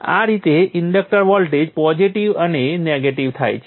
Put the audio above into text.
આ રીતે inductor voltage positive અને નેગેટિવ થાય છે